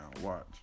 Watch